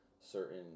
certain